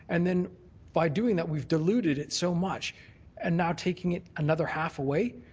and then by doing that we've diluted it so much and now taking it another half away?